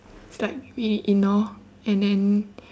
it's like we ignore and then